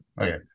Okay